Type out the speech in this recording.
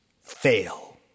fail